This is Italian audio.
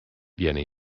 viene